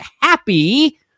happy